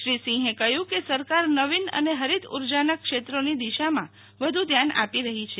શ્રી સિંહે કહ્યું કે સરકાર નવીન અને ફરિત ઉર્જાના ક્ષેત્રોની દિશામાં વધુ ધ્યાન આપી રહી છે